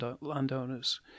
landowners